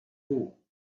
too